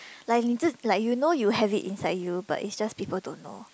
like you just like you know you have it inside you but it's just people don't know